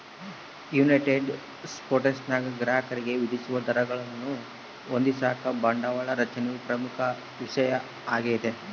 United ಸ್ಟೇಟ್ಸ್ನಾಗ ಗ್ರಾಹಕರಿಗೆ ವಿಧಿಸುವ ದರಗಳನ್ನು ಹೊಂದಿಸಾಕ ಬಂಡವಾಳ ರಚನೆಯು ಪ್ರಮುಖ ವಿಷಯ ಆಗ್ಯದ